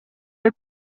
деп